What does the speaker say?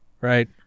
Right